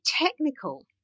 technical